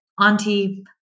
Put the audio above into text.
auntie